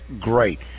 great